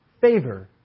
Favor